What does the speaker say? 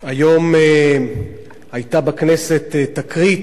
תודה רבה, היום היתה בכנסת תקרית,